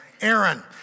Aaron